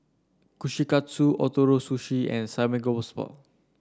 Kushikatsu Ootoro Sushi and Samgeyopsal